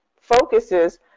focuses